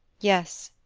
yes.